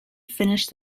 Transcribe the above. finished